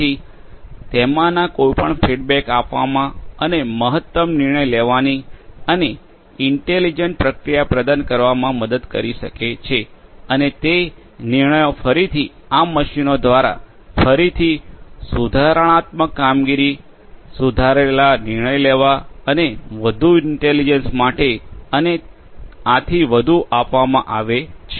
તેથી તેમાંના કોઈપણ ફીડબેક આપવામાં અને મહત્તમ નિર્ણય લેવાની અને ઇન્ટેલિગેન્ટ પ્રકિયા પ્રદાન કરવામાં મદદ કરી શકે છે અને તે નિર્ણયો ફરીથી આ મશીનો દ્વારા ફરીથી સુધારણાત્મક કામગીરી સુધારેલા નિર્ણય લેવા અને વધુ ઇન્ટેલિજન્સ માટે અને આથી વધુ આપવામાં આવે છે